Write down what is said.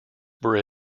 were